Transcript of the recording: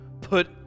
put